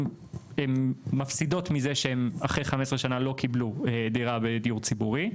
הן מפסידות מזה שהן אחרי 15 שנה לא קיבלו דירה בדיור ציבורי,